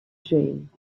jane